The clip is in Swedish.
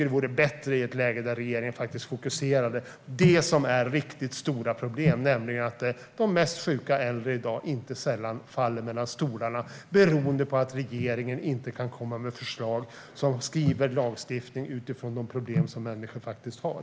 Det vore bättre om regeringen fokuserade på det som är riktigt stora problem, nämligen att de mest sjuka äldre inte sällan faller mellan stolarna i dag. Det beror på att regeringen inte kan komma med förslag på lagstiftning utifrån de problem som människor faktiskt har.